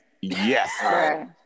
Yes